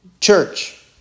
church